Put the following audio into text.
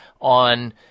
on